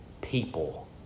people